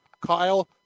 Kyle